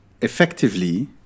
effectively